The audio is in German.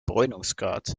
bräunungsgrad